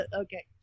Okay